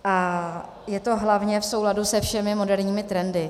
A je to hlavně v souladu se všemi moderními trendy.